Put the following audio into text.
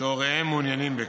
שהוריהם מעוניינים בכך."